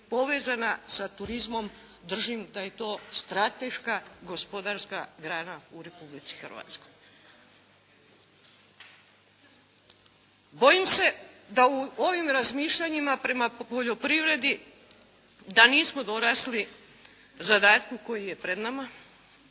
povezana sa turizmom držim da je to strateška gospodarska grana u Republici Hrvatskoj. Bojim se da u ovim razmišljanjima prema poljoprivredi, da nismo dorasli zadatku koji je pred nama,